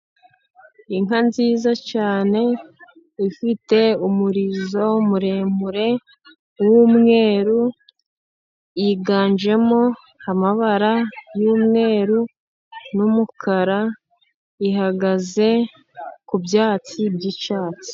Inka nziza cyane, ifite umurizo muremure w' umweru , yiganjemo amabara y'umweru n'umukara . Ihagaze ku byatsi by'icyatsi.